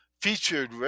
featured